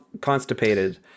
Constipated